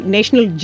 National